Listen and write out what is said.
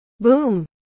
Boom